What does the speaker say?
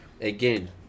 again